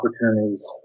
opportunities